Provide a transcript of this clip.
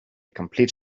complete